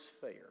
fair